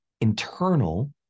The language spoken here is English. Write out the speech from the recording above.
internal